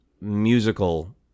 musical